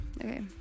okay